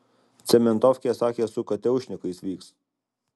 cementofkė sakė su kateušnikais vyks